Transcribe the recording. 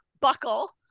buckle